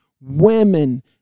women